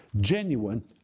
genuine